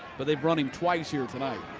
but they've run him twice here tonight.